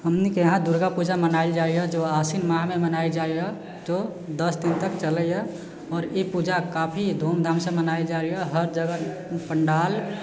हमनीके इहाँ दुर्गा पूजा मनाएल जाइए जे आसिन माहमे मनाएल जाइए तऽ दस दिन तक चलैए आओर ई पूजा काफी धूमधामसँ मनाएल जाइए हर जगह पण्डाल